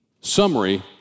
summary